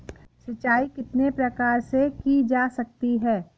सिंचाई कितने प्रकार से की जा सकती है?